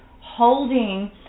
holding